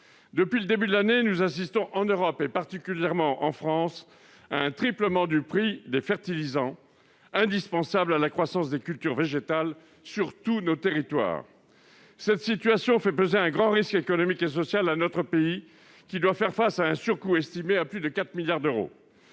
Depuis le début de l'année, nous assistons en Europe et particulièrement en France, à un triplement du prix des fertilisants indispensables à la croissance des cultures végétales sur tous nos territoires. Cette situation fait peser un grand risque économique et social à notre pays, qui doit faire face à un surcoût estimé à plus de 4 milliards d'euros.